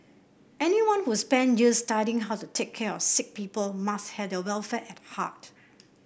anyone who spend years studying how to take care of sick people must have their welfare at heart